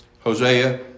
Hosea